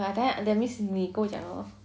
then that means 你跟我讲的 lor